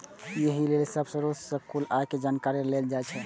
एहि लेल सब स्रोत सं कुल आय के जानकारी लेल जाइ छै